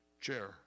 chair